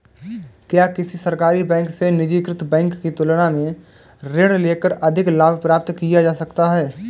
क्या किसी सरकारी बैंक से निजीकृत बैंक की तुलना में ऋण लेकर अधिक लाभ प्राप्त किया जा सकता है?